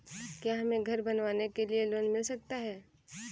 क्या हमें घर बनवाने के लिए लोन मिल सकता है?